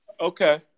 Okay